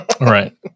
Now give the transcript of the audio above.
right